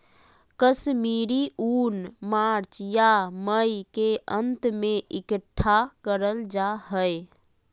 कश्मीरी ऊन मार्च या मई के अंत में इकट्ठा करल जा हय